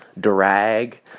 drag